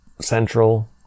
central